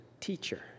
teacher